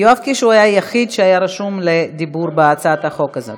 יואב קיש היה היחיד שהיה רשום לדיבור בהצעת החוק הזאת.